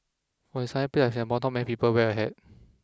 for a sunny place like Singapore not many people wear a hat